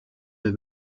des